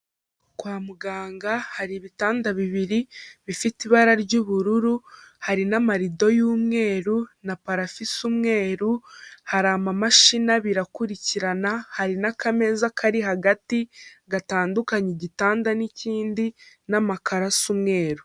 Kwa muganga hari ibitanda bibiri bifite ibara ry'ubururu, hari n'amarido y'umweru na parafo isa umweru, hari amamashini abiri akurikirana, hari n'akameza kari hagati gatandukanya igitanda n'ikindi n'amakaro asa umweru.